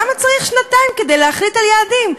למה צריך שנתיים כדי להחליט על יעדים?